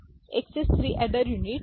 तर XS 3 adder unit